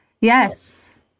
Yes